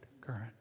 current